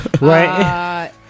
Right